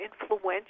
influential